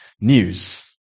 news